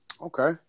Okay